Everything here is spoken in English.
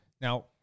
Now